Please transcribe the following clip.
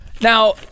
Now